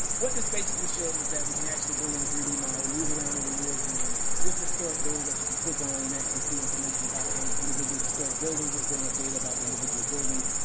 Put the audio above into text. what this basically showed was that we can actually bring in a three d model move around and in real time with historic data that you could click on and actually see information about those individual historic buildings. will bring up data about the individual buildings.